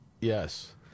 Yes